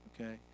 okay